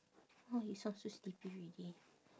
!wah! you sound so sleepy already